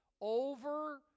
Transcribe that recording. over